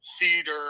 theater